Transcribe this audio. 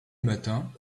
matins